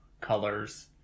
colors